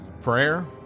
prayer